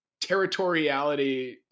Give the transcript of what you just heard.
territoriality